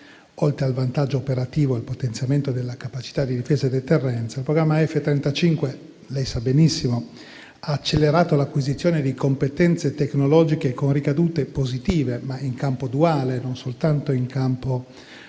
oltre al vantaggio operativo e al potenziamento della capacità di difesa e deterrenza, il programma F-35 - lei sa benissimo - ha accelerato l'acquisizione di competenze tecnologiche con ricadute positive, ma in campo duale, non soltanto in campo